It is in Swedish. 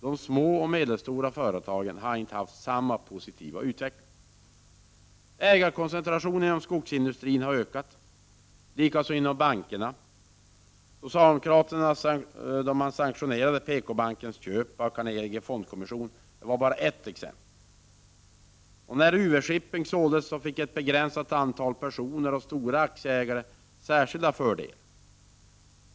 De små och medelstora företagen har inte haft samma positiva utveckling. Ägarkoncentrationen inom skogsindustrin har ökat — likaså inom bankerna. Socialdemokraterna sanktionerade PKbankens köp av Carnegie fondkommission. Det var bara ett exempel. När UV-Shipping såldes fick ett begränsat antal personer och stora aktieägare särskilda fördelar.